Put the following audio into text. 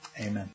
Amen